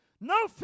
No